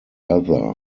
other